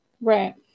right